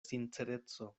sincereco